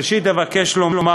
ראשית, אבקש לומר